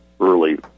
early